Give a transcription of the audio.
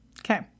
Okay